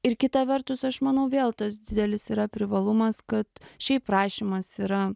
ir kita vertus aš manau vėl tas didelis yra privalumas kad šiaip rašymas yra